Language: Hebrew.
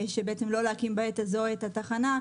שלא להקים בעת הזו את התחנה,